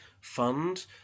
fund